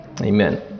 Amen